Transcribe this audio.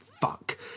fuck